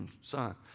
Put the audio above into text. son